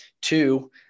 Two